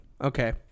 okay